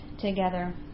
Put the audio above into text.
together